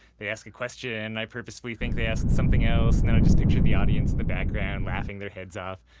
they ask a question, i purposely think they ask something else and then i just picture the audience in the background laughing their heads off.